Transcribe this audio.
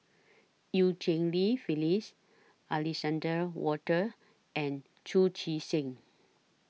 EU Cheng Li Phyllis Alexander Wolters and Chu Chee Seng